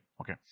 Okay